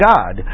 God